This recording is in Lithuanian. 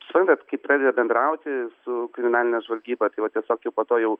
suprantat kai pradeda bendrauti su kriminaline žvalgyba tai vat tiesiog jau po to jau